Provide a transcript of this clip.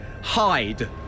Hide